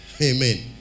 Amen